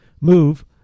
MOVE